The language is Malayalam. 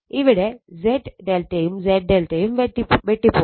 ഇവിടെ Z ∆ യും Z ∆ യും വെട്ടിപോവും